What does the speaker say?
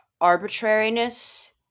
arbitrariness